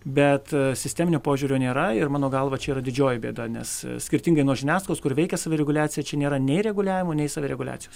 bet sisteminio požiūrio nėra ir mano galva čia yra didžioji bėda nes skirtingai nuo žiniasklaidos kur veikia savireguliacija čia nėra nei reguliavimo nei savireguliacijos